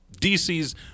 dc's